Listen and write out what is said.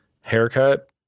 haircut